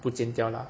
不见掉啦